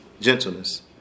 gentleness